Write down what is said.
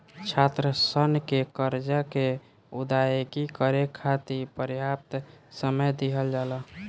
छात्रसन के करजा के अदायगी करे खाति परयाप्त समय दिहल जाला